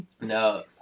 No